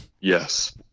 Yes